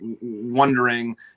wondering